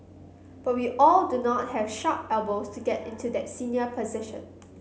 but we all do not have sharp elbows to get into that senior position